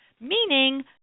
meaning